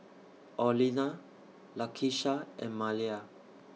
Orlena Lakeisha and Maleah